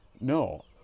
no